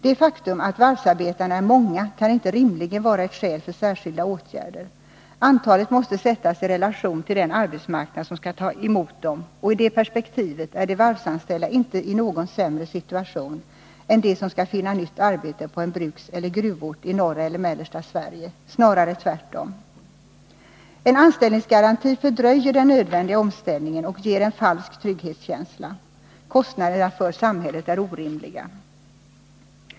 Det faktum att varvsarbetarna är många kan inte rimligen vara ett skäl för särskilda åtgärder. Antalet måste sättas i relation till den arbetsmarknad som skall ta emot dem, och i det perspektivet är de varvsanställda inte i någon sämre situation än de som skall finna nytt arbete på en brukseller gruvort i norra eller mellersta Sverige, snårare tvärtom. En anställningsgaranti fördröjer den nödvändiga omställningen och ger en falsk trygghetskänsla. Kostnaderna för samhället är orimliga.